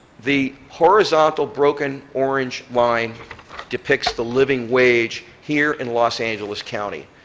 the horizontal broken orange line dictates the living wage here in los angeles county.